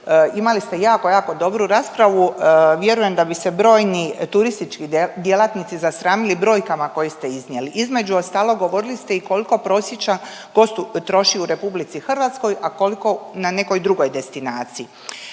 imali ste jako, jako dobru raspravu. Vjerujem da bi se brojni turistički djelatnici zasramili brojkama koje ste iznijeli. Između ostalog govorili ste i koliko prosječan gost troši u RH, a koliko na nekoj drugoj destinaciji.